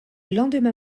lendemain